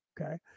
Okay